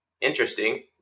Interesting